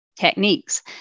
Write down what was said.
techniques